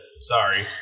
Sorry